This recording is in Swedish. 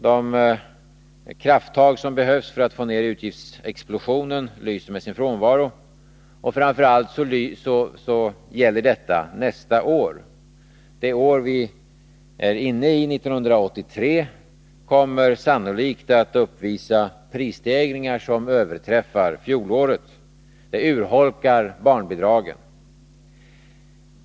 De krafttag som behövs mot utgiftsexplosionen lyser med sin frånvaro. Framför allt gäller detta nästa år. År 1983 kommer sannolikt att uppvisa prisstegringar som överträffar fjolårets. Det urholkar barnbidragen.